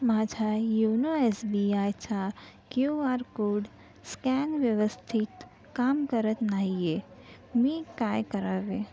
माझा YONO S B आयचा Q R code scan व्यवस्थित काम करत नाही आहे मी काय करावे